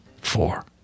four